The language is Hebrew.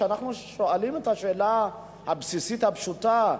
אנחנו שואלים את השאלה הבסיסית הפשוטה: